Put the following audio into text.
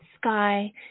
sky